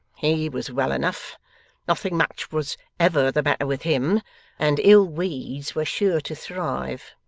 he was well enough nothing much was every the matter with him and ill weeds were sure to thrive